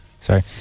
Sorry